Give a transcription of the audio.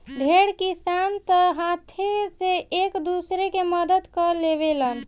ढेर किसान तअ हाथे से एक दूसरा के मदद कअ लेवेलेन